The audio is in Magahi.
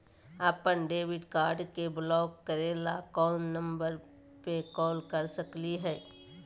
अपन डेबिट कार्ड के ब्लॉक करे ला कौन नंबर पे कॉल कर सकली हई?